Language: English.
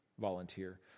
volunteer